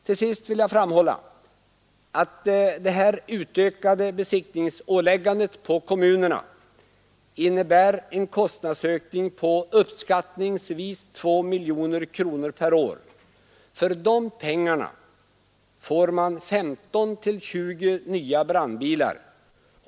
Till sist vill jag framhålla att det utökade besiktningsåläggandet för kommunerna innebär en kostnadsökning på uppskattningsvis 2 miljoner kronor per år. För dessa pengar får man 15—20 nya brandbilar.